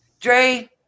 Dre